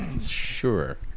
Sure